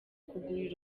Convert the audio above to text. kugurira